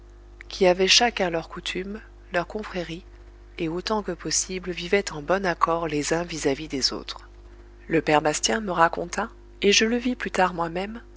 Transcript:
qui avaient chacun leurs coutumes leurs confréries et autant que possible vivaient en bon accord les uns vis-à-vis des autres le père bastien me raconta et je le vis plus tard moi-même